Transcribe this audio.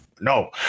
no